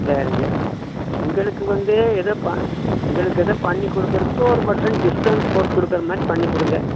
சரிங்க எங்களுக்கு வந்து ஏதோ எங்களுக்கு ஏதோ பண்ணி குடுக்கறதுக்கு ஒரு பர்சன்ட் டிஸ்கவுண்ட் போட்டு கொடுக்கற மாதிரி பண்ணிக்கொடுங்க